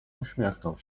uśmiechnął